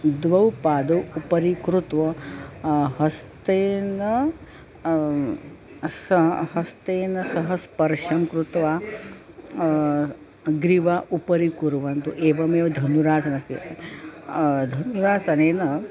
द्वौ पादौ उपरि कृत्वा हस्तेन स्व हस्तेन सह स्पर्शं कृत्वा ग्रीवा उपरि कुर्वन्तु एवमेव धनुरासनमस्ति धनुरासनेन